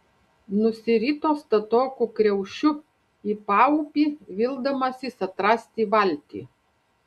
nusirito statoku kriaušiu į paupį vildamasis atrasti valtį